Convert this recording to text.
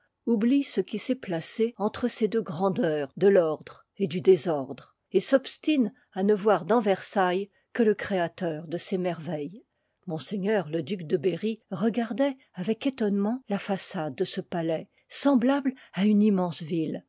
oublie ce qui s'est placé entre ces deux grandeurs de l'ordre et du désordre et s'obstine à ne voir dans versailles que le créateur de ses merveilles m le duc de berry regardoit avec étonnement la façade de ce palais semblable à une immense ville